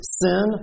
sin